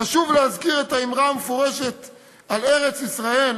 חשוב להזכיר את האמרה המפורשת על ארץ-ישראל,